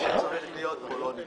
שצריך להיות כאן,